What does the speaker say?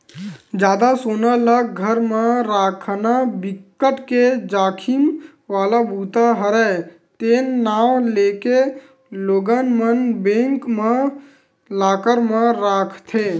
जादा सोना ल घर म राखना बिकट के जाखिम वाला बूता हरय ते नांव लेके लोगन मन बेंक के लॉकर म राखथे